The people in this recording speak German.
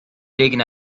legen